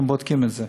אנחנו בודקים את זה.